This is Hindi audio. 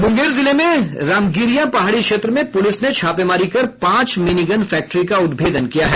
मुंगेर जिले में रामगिरिया पहाड़ी क्षेत्र में पुलिस ने छापेमारी कर पांच मिनीगन फैक्ट्री का उद्भेदन किया है